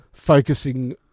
Focusing